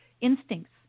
instincts